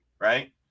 right